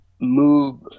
move